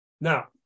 Now